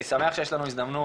אני שמח שיש לנו הזדמנות,